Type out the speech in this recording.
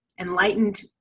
enlightened